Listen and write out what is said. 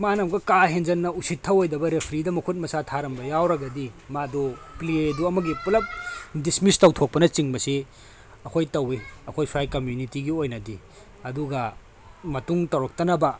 ꯃꯥꯅ ꯑꯃꯨꯛꯀ ꯀꯥ ꯍꯦꯟꯖꯟꯅ ꯎꯁꯤꯠ ꯊꯑꯣꯏꯗꯕ ꯔꯦꯐ꯭ꯔꯤꯗ ꯃꯈꯨꯠ ꯃꯁꯥ ꯊꯥꯔꯝꯕ ꯌꯥꯎꯔꯒꯗꯤ ꯃꯥꯗꯣ ꯄ꯭ꯂꯦꯗꯣ ꯑꯃꯒꯤ ꯄꯨꯂꯞ ꯗꯤꯁꯃꯤꯁ ꯇꯧꯊꯣꯛꯄꯅꯆꯤꯡꯕꯁꯤ ꯑꯩꯈꯣꯏ ꯇꯧꯏ ꯑꯩꯈꯣꯏ ꯁ꯭ꯋꯥꯏ ꯀꯝꯃꯨꯅꯤꯇꯤꯒꯤ ꯑꯣꯏꯅꯗꯤ ꯑꯗꯨꯒ ꯃꯇꯨꯡ ꯇꯧꯔꯛꯇꯅꯕ